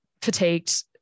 fatigued